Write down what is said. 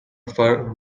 for